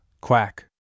Quack